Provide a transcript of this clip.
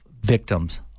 victims